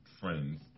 friends